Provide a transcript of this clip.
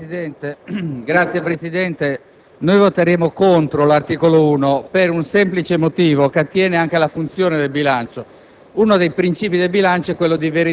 Signor Presidente, noi voteremo contro l'articolo 1 per un semplice motivo che attiene anche alla funzione del bilancio.